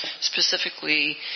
specifically